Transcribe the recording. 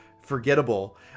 forgettable